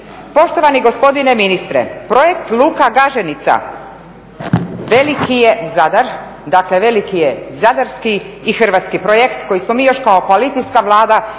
Poštovani gospodine ministre projekt Luka Gaženica – Zadar dakle veliki je zadarski i hrvatski projekt koji smo mi još kao koalicijska Vlada